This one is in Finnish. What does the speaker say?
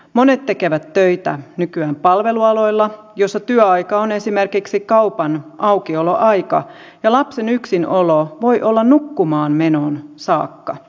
monet tekevät töitä nykyään palvelualoilla joilla työaika on esimerkiksi kaupan aukioloaika ja lapsen yksinolo voi olla nukkumaanmenoon saakka